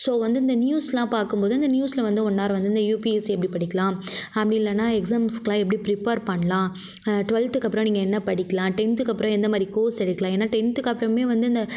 so வந்து இந்த நியூஸ்யெலாம் பார்க்கும்போது அந்த நியூஸில் வந்து ஒன் நார் வந்து இந்த யுபிஎஸ்சி எப்படி படிக்கலாம் அப்படி இல்லைனா எக்ஸாம்ஸ்கெலாம் எப்படி ப்ரிப்பர் பண்ணலாம் ட்வல்த் அப்புறம் நீங்கள் என்ன படிக்கலாம் டென்த்துக்கு அப்புறம் எந்த மாதிரி கோர்ஸ் எடுக்கலாம் ஏன்னால் டென்த் அப்புறமே வந்து இந்த